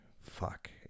fuck